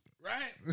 Right